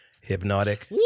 Hypnotic